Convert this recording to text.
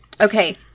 Okay